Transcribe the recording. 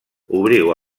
obriu